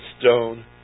stone